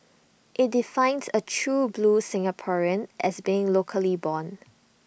IT defines A true blue Singaporean as being locally born